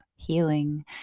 healing